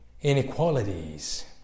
inequalities